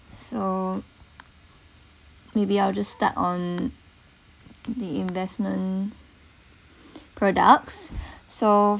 so maybe I'll just start on the investment products so